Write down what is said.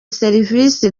serivisi